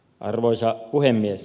arvoisa puhemies